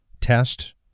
test